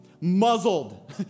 Muzzled